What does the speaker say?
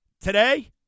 Today